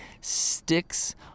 sticks